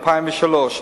ב-2003,